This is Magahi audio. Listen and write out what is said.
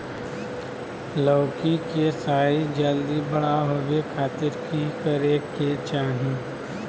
लौकी के साइज जल्दी बड़ा होबे खातिर की करे के चाही?